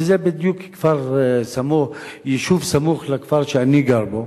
וזה בדיוק יישוב סמוך לכפר שאני גר בו.